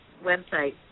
website